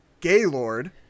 Gaylord